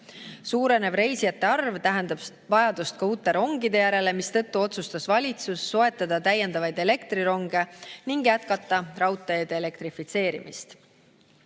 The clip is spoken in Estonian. Suurenev reisijate arv tähendab aga vajadust uute rongide järele, mistõttu otsustas valitsus soetada täiendavaid elektrironge ning jätkata raudteede elektrifitseerimist.